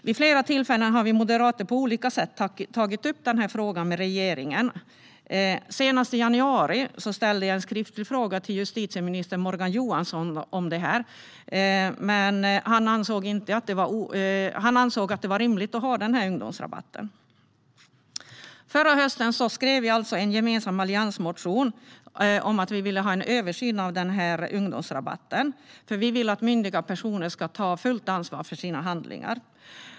Vid flera tillfällen har vi moderater på olika sätt tagit upp denna fråga med regeringen. Senast i januari ställde jag en skriftlig fråga till justitieminister Morgan Johansson om detta, och han ansåg att det är rimligt att ha denna ungdomsrabatt. Förra hösten skrev vi en gemensam alliansmotion om att vi vill ha en översyn av ungdomsrabatten. Vi vill att myndiga personer ska ta fullt ansvar för sina handlingar.